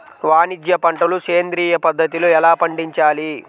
వాణిజ్య పంటలు సేంద్రియ పద్ధతిలో ఎలా పండించాలి?